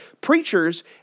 preachers